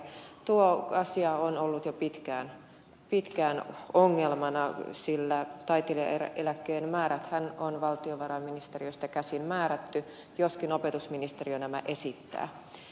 tuo asia on ollut jo pitkään ongelmana sillä taiteilijaeläkkeen määräthän on valtiovarainministeriöstä käsin määrätty joskin opetusministeriö nämä esittää